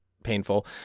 painful